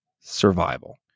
survival